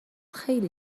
خیلی